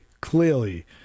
clearly